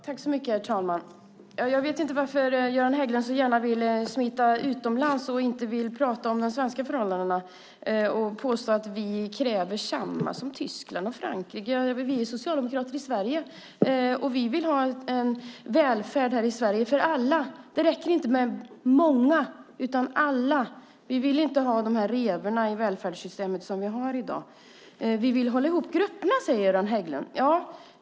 Fru talman! Jag vet inte varför Göran Hägglund så gärna vill smita utomlands och inte vill prata om de svenska förhållandena. Han påstår att vi kräver samma som Tyskland och Frankrike. Vi är socialdemokrater i Sverige, och vi vill ha en välfärd här i Sverige - för alla. Det räcker inte med många. Det ska vara alla. Vi vill inte ha de revor i välfärdssystemet som vi har i dag. Vi vill hålla ihop grupperna, säger Göran Hägglund.